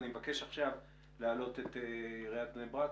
אני מבקש להעלות את עיריית בני ברק.